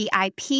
VIP